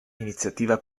iniziativa